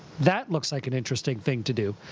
that looks like an interesting thing to do.